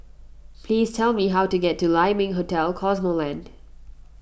please tell me how to get to Lai Ming Hotel Cosmoland